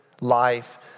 life